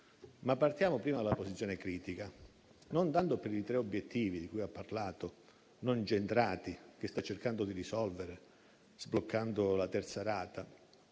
e partiamo dalla posizione critica, e non tanto per i tre obiettivi di cui ha parlato, non centrati e che sta cercando di risolvere, sbloccando la terza rata.